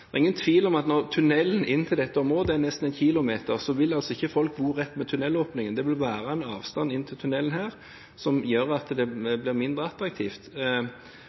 Det er ingen tvil om at tunnelen inn til dette området er nesten en kilometer, og folk vil ikke bo rett ved tunnelåpningen. Det vil være en avstand inn i tunnelen som gjør at det blir mindre attraktivt.